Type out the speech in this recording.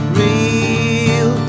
real